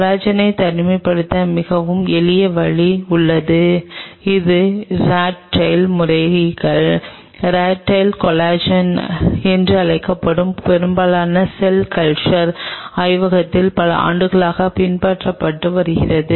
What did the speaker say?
கொலாஜனை தனிமைப்படுத்த மிகவும் எளிதான வழி உள்ளது இது ராட் டைல் முறைகள் ராட் டைல் கொலாஜன் என்று அழைக்கப்படும் பெரும்பாலான செல் கல்ச்சர் ஆய்வகத்தால் பல ஆண்டுகளாக பின்பற்றப்பட்டு வருகிறது